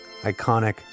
iconic